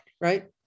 right